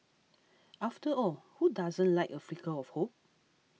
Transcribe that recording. after all who doesn't like a flicker of hope